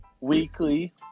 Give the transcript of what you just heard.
weekly